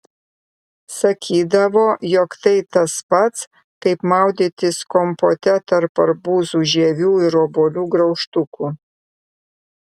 sakydavo jog tai tas pats kaip maudytis kompote tarp arbūzų žievių ir obuolių graužtukų